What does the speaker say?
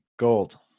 Gold